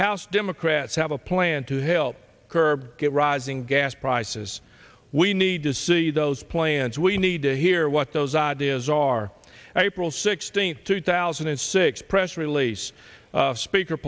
house democrats have a plan to help her get rising gas prices we need to see those plans we need to hear what those ideas are april sixteenth two thousand and six press release speaker